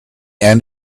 end